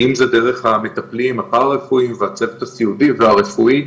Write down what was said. ואם זה דרך המטפלים הפרא רפואיים והצוות הסיעודי והרפואי,